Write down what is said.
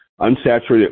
unsaturated